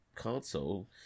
Console